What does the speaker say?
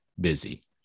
busy